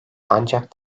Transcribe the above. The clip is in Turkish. ancak